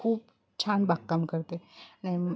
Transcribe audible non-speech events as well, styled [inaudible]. खूप छान बागकाम करते [unintelligible]